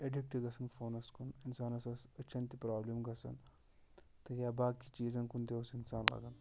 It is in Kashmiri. اٮ۪ڈِکٹ گژھان فونَس کُن اِنسانَس ٲس أچھَن تہِ پرٛابلِم گژھان تہٕ یا باقٕے چیٖزَن کُن تہِ اوس اِنسان لَگان